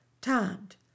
Timed